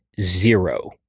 zero